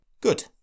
Good